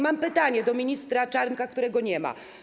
Mam pytanie do ministra Czarnka, którego nie ma.